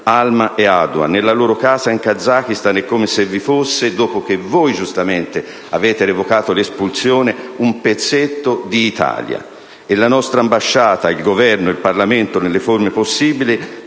Alma e Alua. Nella loro casa in Kazakistan è come se vi fosse, dopo che voi giustamente avete revocato l'espulsione, un pezzetto di Italia. E la nostra ambasciata, il Governo e il Parlamento, nelle forme possibili,